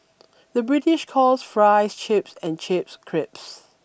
the British calls fries chips and chips crisps